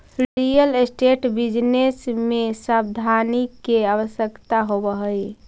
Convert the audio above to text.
real estate business में सावधानी के आवश्यकता होवऽ हई